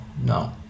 no